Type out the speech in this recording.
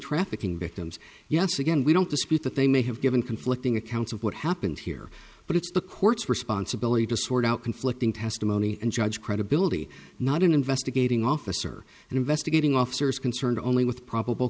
trafficking victims yes again we don't dispute that they may have given conflicting accounts of what happened here but it's the court's responsibility to sort out conflicting testimony and judge credibility not in investigating officer and investigating officer is concerned only with probable